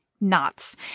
knots